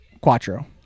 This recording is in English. quattro